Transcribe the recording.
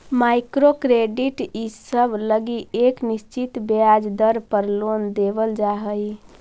micro credit इसब लगी एक निश्चित ब्याज दर पर लोन देवल जा हई